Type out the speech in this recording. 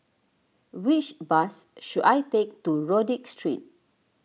which bus should I take to Rodyk Street